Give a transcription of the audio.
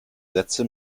sätze